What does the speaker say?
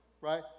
Right